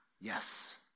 yes